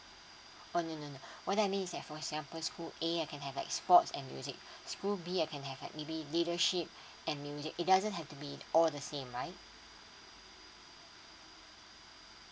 uh no no no what I means is for singapore school A I can have like sports and music school B I can have like maybe leadership and music it doesn't have to be all the same right